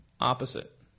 opposite